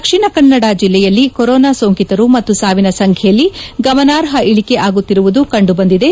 ದಕ್ಷಿಣ ಕನ್ನಡ ಜಿಲ್ಲೆಯಲ್ಲಿ ಕೊರೋನಾ ಸೋಂಕಿತರು ಮತ್ತು ಸಾವಿನ ಸಂಬೈಯಲ್ಲಿ ಗಮನಾರ್ಪ ಇಳಿಕೆ ಆಗುತ್ತಿರುವುದು ಕಂಡು ಬಂದಿದೆ